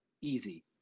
easy